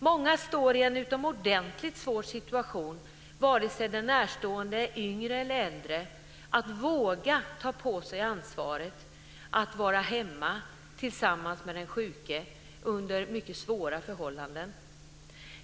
Många närstående får en utomordentligt svår situation, oavsett om de är yngre eller äldre, när de vågar ta på sig ansvaret att vara hemma med den sjuke under mycket svåra förhållanden.